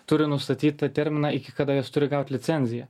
turi nustatytą terminą iki kada jos turi gaut licenziją